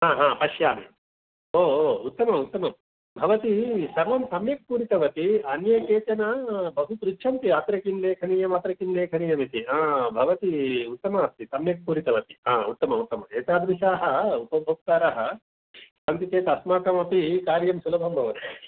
पश्यामि ओ ओ उत्तमम् उत्तमं भवती सर्वं सम्यक् पूरितवती अन्ये केचन बहु पृच्छन्ति अत्र किं लेखनीयम् अत्र किं लेखनीयम् इति भवती उत्तमा अस्ति सम्यक् पूरीत्वति उत्तमम् उत्तमम् एतादृशाः उपभोक्तारः सन्ति चेत् अस्माकमपि कार्यं सुलभं भवति